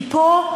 כי פה,